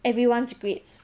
everyone's grades